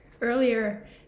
earlier